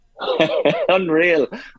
Unreal